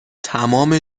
تمام